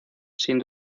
sin